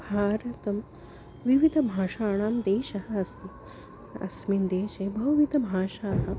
भारतं विविधभाषाणां देशः अस्ति अस्मिन् देशे बहुविधभाषाः